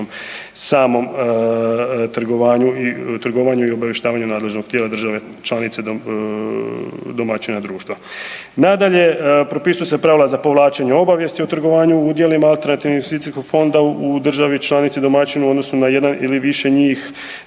samom trgovanju i obavještavanju nadležnog tijela države članica domaćina društva. Nadalje, propisuju se pravila za povlačenje obavijesti o trgovanju udjelima alternativnih investicijskog fonda u državi članici domaćinu u odnosu na jedan ili više njih,